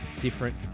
different